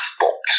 box